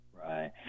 Right